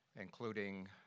including